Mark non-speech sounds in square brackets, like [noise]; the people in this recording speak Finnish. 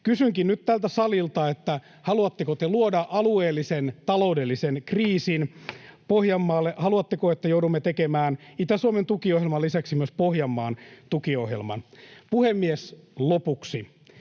Kysynkin nyt tältä salilta: Haluatteko te luoda alueellisen taloudellisen kriisin Pohjanmaalle? [noise] Haluatteko, että joudumme tekemään Itä-Suomen tukiohjelman lisäksi myös Pohjanmaan tukiohjelman? Puhemies! Lopuksi: